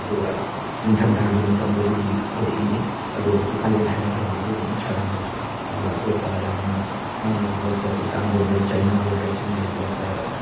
ꯑꯗꯨꯒ ꯅꯤꯡꯊꯝꯊꯥꯒꯤ ꯃꯇꯝꯗꯕꯨꯗꯤ ꯍꯣꯏ ꯏꯪꯏ ꯑꯗꯨ ꯑꯣꯏꯔꯒꯁꯨ ꯀꯥꯂꯦꯟꯊꯥꯒꯤ ꯃꯇꯝꯗꯗꯤ ꯑꯗꯨꯃꯛ ꯁꯥꯏ ꯃꯣꯏꯁꯨ ꯑꯗꯨꯒ ꯑꯇꯣꯞꯄ ꯌꯥꯝꯅ ꯅꯛꯅꯈꯤꯕ ꯄꯀꯤꯁꯇꯥꯟ ꯕꯣꯔꯗꯔ ꯆꯩꯅꯥ ꯕꯣꯔꯗꯔꯁꯤꯡ ꯂꯩꯕ